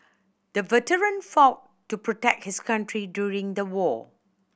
the veteran fought to protect his country during the war